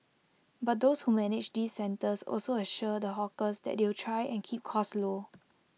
but those who manage these centres also assure the hawkers that they'll try and keep costs low